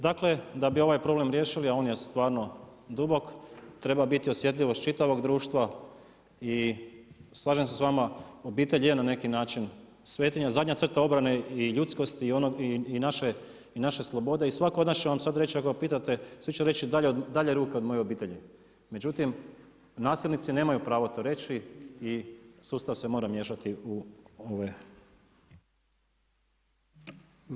Dakle da bi ovaj problem riješili, a on je stvarno dubok treba biti osjetljivost čitavog društva i slažem se s vama, obitelj je na neki način svetinja, zadnja crta obrane i ljudskosti i naše slobode i svatko od nas će vam reći ako ga pitate svi će reći dalje ruke od moje obitelji, međutim nasilnici nemaju pravo to reći i sustav se mora miješati u ove.